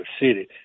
city